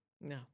No